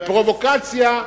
בנינו בירושלים,